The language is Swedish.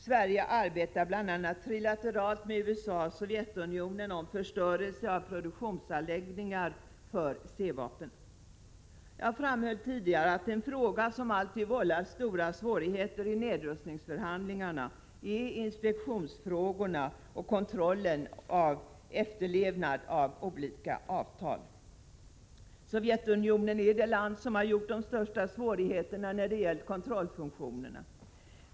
Sverige arbetar bl.a. trilateralt med USA och Sovjetunionen om förstörelse av produktionsanläggningar för C-vapen. Jag framhöll tidigare att frågor som alltid vållar stora svårigheter i nedrustningsförhandlingarna är inspektionsfrågorna och kontrollen av efterlevnad av olika avtal. Sovjetunionen är det land som gjort de största svårigheterna när det gällt kontrollfunktionerna.